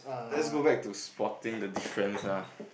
let's go back to spoting the difference ah